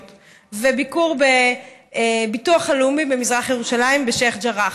וביקור בביטוח הלאומי במזרח ירושלים בשיח' ג'ראח.